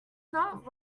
not